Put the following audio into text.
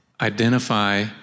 identify